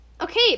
Okay